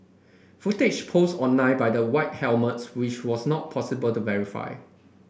footage post online by the White Helmets which was not possible to verify